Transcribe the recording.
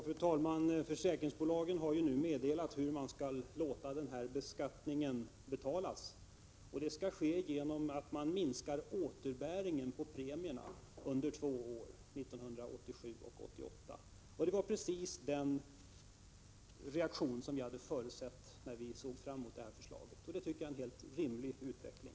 Fru talman! Försäkringsbolagen har nu meddelat hur denna beskattning skall betalas. Det skall ske genom att man minskar återbäringen på premierna under två år, 1987 och 1988. Det var precis den reaktion som vi förutsåg när vi såg fram emot detta förslag. Det tycker jag är en helt rimlig utveckling.